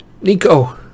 Nico